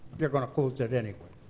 you're gonna close it anyway.